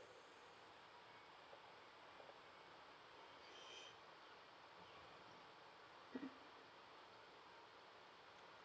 uh uh to